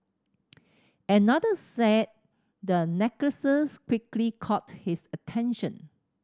another said the necklaces quickly caught his attention